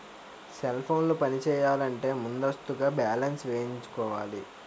cell ఫోన్లు పనిచేయాలంటే ముందస్తుగా బ్యాలెన్స్ వేయించుకోవాలి